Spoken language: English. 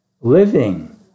living